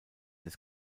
des